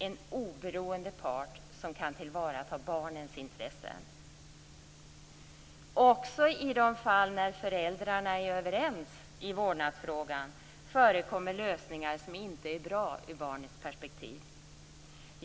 en oberoende part som kan tillvarata barnets intressen. Även i fall då föräldrarna är överens i vårdnadsfrågan förekommer lösningar som inte är bra ur barnets perspektiv.